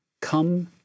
come